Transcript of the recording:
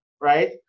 right